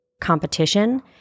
competition